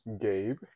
Gabe